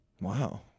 Wow